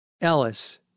Ellis